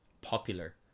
popular